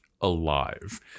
Alive